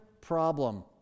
problem